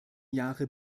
jahre